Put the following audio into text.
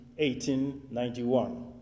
1891